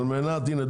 הינה,